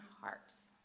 hearts